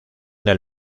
del